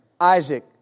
Isaac